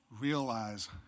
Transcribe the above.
realize